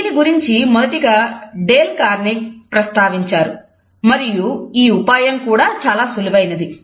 దీని గురించి మొదటిగా డేల్ కార్నెగి ప్రస్తావించారు మరియు ఈ ఉపాయం కూడా చాలా సులువైనది